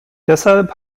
deshalb